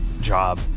job